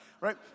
right